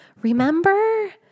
remember